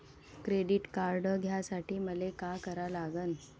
Credit card घ्यासाठी मले का करा लागन?